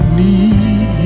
need